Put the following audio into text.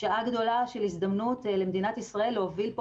שעה גדולה של הזדמנות למדינת ישראל להוביל פה